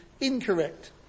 incorrect